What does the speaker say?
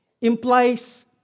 implies